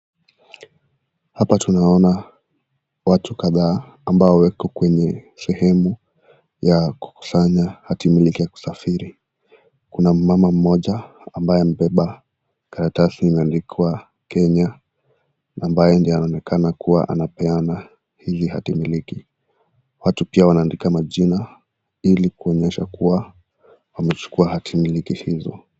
Hapa tunaona watu kadhaa ambao wako kwenye sehemu ya kukusanya hatimiliki ya kusafiri. kuna mama mmoja ambaye amembemba karatasi imeandikwa Kenya ambaye ndiye anaonekana kuwa anapeana hizi hatimiliki. Watu pia wanandika majina ili kuonyesha kuwa wamechukua hatimiliki hizo.